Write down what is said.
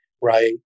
right